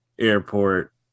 airport